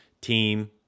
team